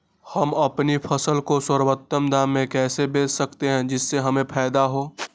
हम अपनी फसल को सर्वोत्तम दाम में कैसे बेच सकते हैं जिससे हमें फायदा हो?